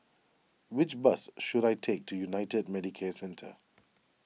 which bus should I take to United Medicare Centre